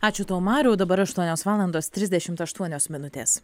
ačiū tau mariau dabar aštuonios valandos trisdešimt aštuonios minutės